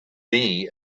bee